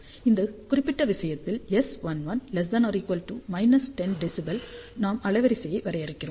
இந்த குறிப்பிட்ட விஷயத்தில் S11 10 dB நாம் அலைவரிசையை வரையறுக்கிறோம்